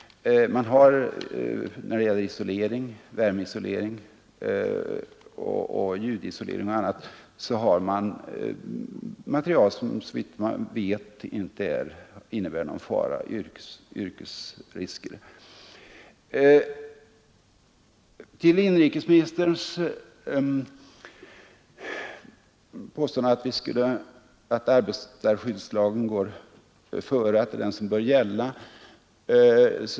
Man har när det gäller isolering — värmeisolering, ljudisolering o.d. — ersättningsmaterial som såvitt man vet inte innebär några yrkesrisker. Inrikesministern säger att arbetarskyddslagen går före och att det är den som bör gälla.